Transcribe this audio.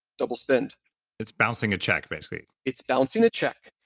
double spend it's bouncing a check, basically it's bouncing a check,